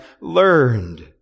learned